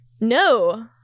No